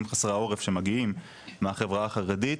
חסרי העורף שמגיעים מהחברה החרדית,